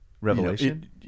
revelation